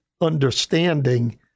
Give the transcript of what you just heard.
understanding